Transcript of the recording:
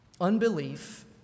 unbelief